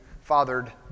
fathered